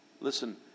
Listen